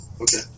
Okay